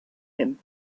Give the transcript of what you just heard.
him